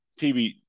TV